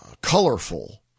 colorful